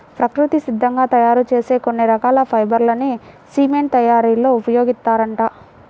ప్రకృతి సిద్ధంగా తయ్యారు చేసే కొన్ని రకాల ఫైబర్ లని సిమెంట్ తయ్యారీలో ఉపయోగిత్తారంట